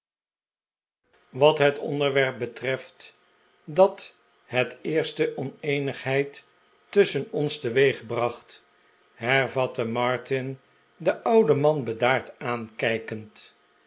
wat het onderwerp betreft dat het eerst oneenigheid tusschen ons teweegbracht hervatte martin den ouden man bedaard aankijkend